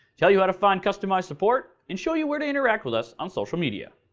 tell you how to find customized support, and show you where to interact with us on social media.